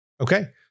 okay